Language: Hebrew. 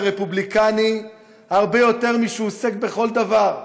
הרפובליקני הרבה יותר משהוא עוסק בכל דבר.